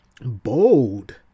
bold